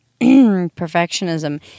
perfectionism